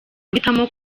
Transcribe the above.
guhitamo